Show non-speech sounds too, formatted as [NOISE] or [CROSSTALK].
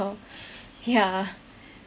[LAUGHS]